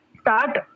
start